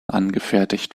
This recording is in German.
angefertigt